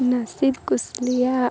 ନାସିଦ କୁସଲିୟା